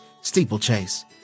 Steeplechase